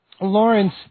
Lawrence